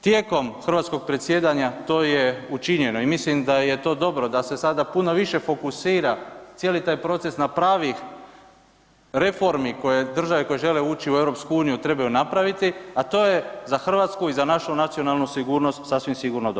Tijekom hrvatskog predsjedanja to je učinjeno i mislim da je to dobro, da se sada puno više fokusira cijeli taj proces na pravih reformi koje države koje žele ući u EU trebaju napraviti, a to je za Hrvatsku i za našu nacionalnu sigurnost sasvim sigurno dobro.